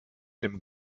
dem